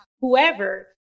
whoever